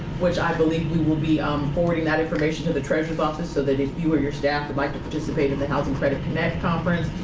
which, i believe, we will be um forwarding that information to the treasurer's office so if you or your staff would like to participate in the housing credit connect conference.